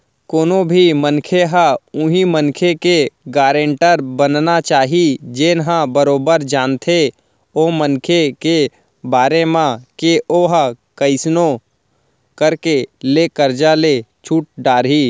कोनो भी मनखे ह उहीं मनखे के गारेंटर बनना चाही जेन ह बरोबर जानथे ओ मनखे के बारे म के ओहा कइसनो करके ले करजा ल छूट डरही